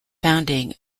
founding